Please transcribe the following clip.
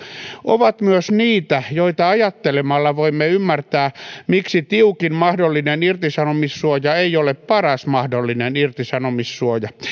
ovat myös niitä joita ajattelemalla voimme ymmärtää miksi tiukin mahdollinen irtisanomissuoja ei ole paras mahdollinen irtisanomissuoja